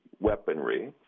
weaponry